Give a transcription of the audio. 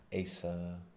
Asa